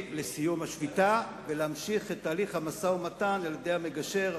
לסיום השביתה ולהמשיך את תהליך המשא-ומתן על-ידי המגשר,